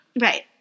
Right